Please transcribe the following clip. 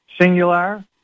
Singular